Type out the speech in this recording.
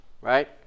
right